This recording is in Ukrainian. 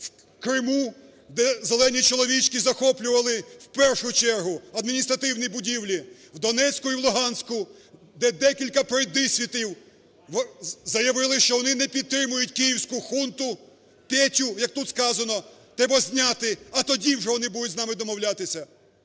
в Криму, де зелені чоловічки захоплювали в першу чергу адміністративні будівлі; в Донецьку і в Луганську, де декілька пройдисвітів заявили, що вони не підтримують київську хунту, Петю, як тут сказано, треба зняти, а тоді вже вони будуть з нами домовлятися,